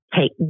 take